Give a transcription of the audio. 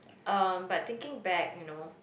um but thinking back you know